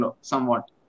somewhat